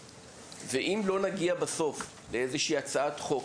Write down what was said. ואם לא נגיע בסוף לאיזושהי הצעת חוק,